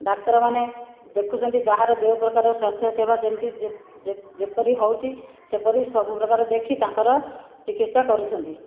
ଡାକ୍ତରମାନେ ଦେଖୁଛନ୍ତି ଯାହାର ଯେଉଁ ପ୍ରକାର ସ୍ୱାସ୍ଥ୍ୟସେବା ଯେମିତି ଯେପରି ହେଉଛି ସେପରି ସବୁପ୍ରକାର ଦେଖି ତାଙ୍କର ଚିକିତ୍ସା କରୁଛନ୍ତି